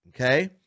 okay